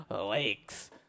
lakes